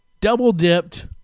double-dipped